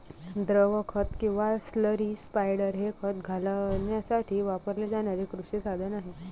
द्रव खत किंवा स्लरी स्पायडर हे खत घालण्यासाठी वापरले जाणारे कृषी साधन आहे